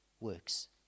works